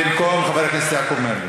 במקום חבר הכנסת יעקב מרגי.